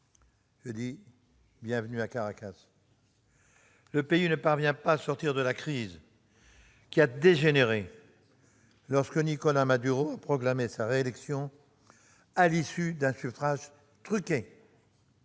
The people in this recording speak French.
... Bienvenue à Caracas ! Le pays ne parvient pas à sortir de la crise qui a dégénéré lorsque Nicolás Maduro a proclamé sa réélection, à l'issue d'un scrutin truqué.